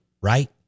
right